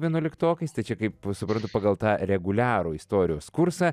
vienuoliktokais tai čia kaip suprantu pagal tą reguliarų istorijos kursą